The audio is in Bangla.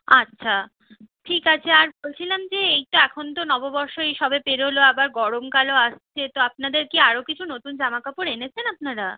আচ্ছা ঠিক আছে আর বলছিলাম যে এই তো এখন তো নববর্ষ এই সবে পেরলো আবার গরমকালও আসছে তো আপনাদের কি আরও কিছু নতুন জামা কাপড় এনেছেন আপনারা